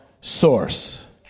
source